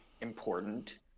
important